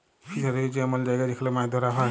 fishery হছে এমল জায়গা যেখালে মাছ ধ্যরা হ্যয়